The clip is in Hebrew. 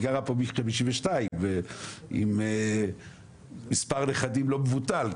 היא גרה פה מ-1952 עם מספר נכדים לא מבוטל,